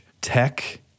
tech